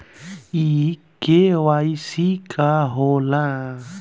इ के.वाइ.सी का हो ला?